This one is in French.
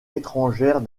étrangère